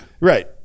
Right